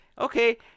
Okay